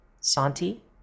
Santi